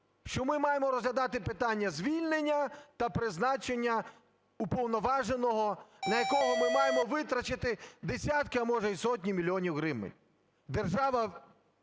що ми маємо розглядати питання звільнення та призначення уповноваженого, на якого ми маємо витратити десятки, а може і сотні мільйонів гривень держава